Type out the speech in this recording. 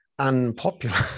Unpopular